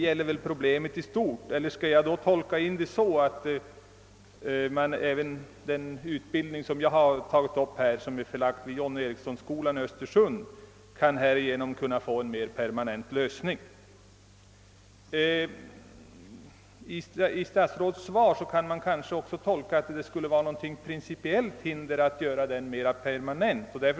Gäller det problemet i stort, eller skall svaret tolkas så, att även frågan om utbildningen vid John Ericessonskolan i Östersund skall kunna få en permanent lösning? Statsrådets svar kan man kanske också tolka så att det skulle föreligga något principiellt hinder att göra utbildningen vid John Ericsson-skolan i Östersund mera permanent.